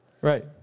Right